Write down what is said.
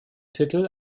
titel